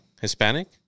Hispanic